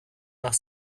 nach